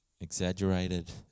exaggerated